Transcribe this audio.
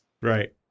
right